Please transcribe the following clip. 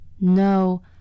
No